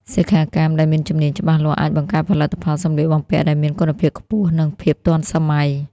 សិក្ខាកាមដែលមានជំនាញច្បាស់លាស់ អាចបង្កើតផលិតផលសម្លៀកបំពាក់ដែលមានគុណភាពខ្ពស់ និងភាពទាន់សម័យ។